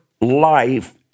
life